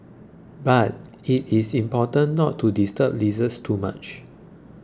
but it is important not to disturb lizards too much